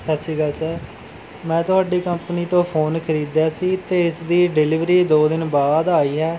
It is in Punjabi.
ਸਤਿ ਸ਼੍ਰੀ ਅਕਾਲ ਸਰ ਮੈਂ ਤੁਹਾਡੀ ਕੰਪਨੀ ਤੋਂ ਫੋਨ ਖਰੀਦਿਆ ਸੀ ਅਤੇ ਇਸ ਦੀ ਡਿਲੀਵਰੀ ਦੋ ਦਿਨ ਬਾਅਦ ਆਈ ਹੈ